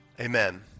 Amen